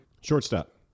Shortstop